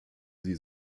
sie